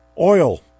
Oil